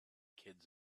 kids